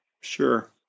Sure